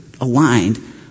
aligned